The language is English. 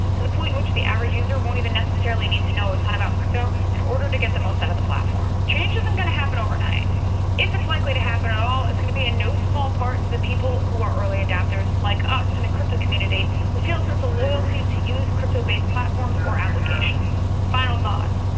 to the point which the average user won't even necessarily need to know a ton about crypto in order to get the most out of the platform. change isn't going to happen overnight if it's likely to happen at all it's gonna be in no small part to the people who are early adaptors like us and the crypto community who feel sense of loyalty to use crypto based platforms or applications. final thoughts,